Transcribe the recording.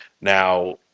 Now